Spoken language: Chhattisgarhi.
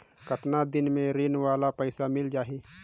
कतना दिन मे ऋण वाला पइसा मिल जाहि?